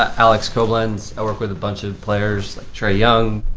alex koblenz. i work with a bunch of players, trae young,